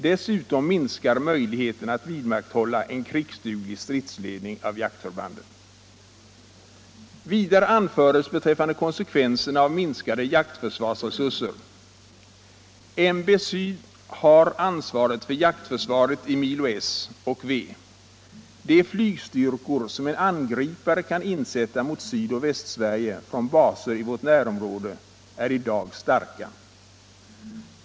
Dessutom minskar möjligheterna att vidmakthålla en krigsduglig stridsledning av jaktförbanden.” Vidare anförs beträffande konsekvenserna av minskade jaktförsvarsresurser: ”MB S har ansvaret för jaktförsvaret i milo S och W. De flygstyrkor som en angripare kan insätta mot Sydoch Västsverige från baser i vårt närområde är i dag starka.